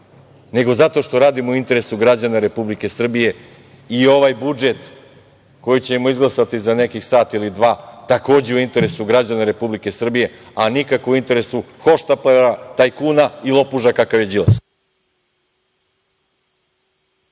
nego zato što radimo u interesu građana Republike Srbije i ovaj budžet koji ćemo izglasati za nekih sat ili dva takođe je u interesu građana Republike Srbije, a nikako u interesu hohštaplera, tajkuna i lopuža kakav je Đilas.